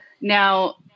Now